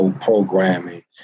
programming